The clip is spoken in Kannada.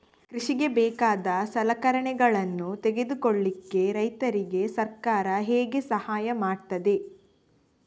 ಕೃಷಿಗೆ ಬೇಕಾದ ಸಲಕರಣೆಗಳನ್ನು ತೆಗೆದುಕೊಳ್ಳಿಕೆ ರೈತರಿಗೆ ಸರ್ಕಾರ ಹೇಗೆ ಸಹಾಯ ಮಾಡ್ತದೆ?